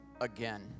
again